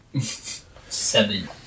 Seven